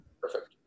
Perfect